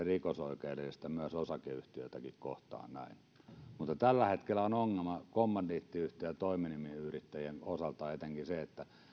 rikosoikeudellisesti osakeyhtiötäkin kohtaan näin tällä hetkellä on ongelma kommandiittiyhtiöiden ja toiminimiyrittäjien osalta etenkin se että